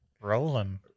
Rolling